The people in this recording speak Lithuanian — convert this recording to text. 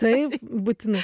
taip būtinai